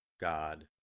God